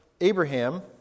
Abraham